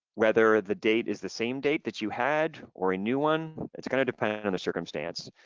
whether the date is the same date that you had or a new one, it's gonna depend and on the circumstance,